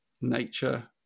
nature